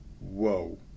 Whoa